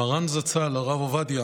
מרן זצ"ל הרב עובדיה